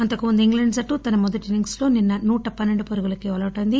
అంతకుముందు ఇంగ్లండ్ జట్టు తన మొదటి ఇన్నింగ్సో నిన్న నూట పన్నెండు పరుగులకు ఆలౌటైంది